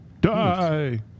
Die